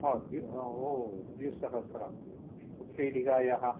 ओ तद् ओ द्विसहस्रम् उत्पीठिकायाः